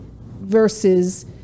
versus